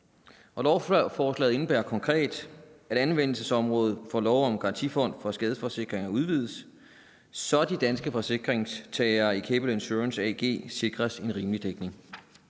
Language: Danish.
for. Lovforslaget indebærer konkret, at anvendelsesområdet for lov om en garantifond for skadesforsikringsselskaber udvides, så de danske forsikringstagere i Gable Insurance AG sikres en rimelig dækning.